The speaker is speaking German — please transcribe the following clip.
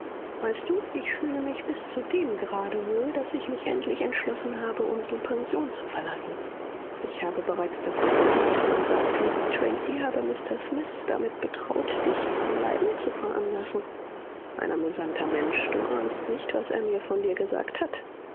weißt du ich fühle mich bis zu dem grade wohl daß ich mich endlich entschlossen habe unsere pension zu verlassen ich habe bereits davon gehört man sagt mrs tracy habe mr smith damit betraut dich zum bleiben zu veranlassen ein amüsanter mensch du ahnst nicht was er mir von dir gesagt hat